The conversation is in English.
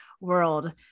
world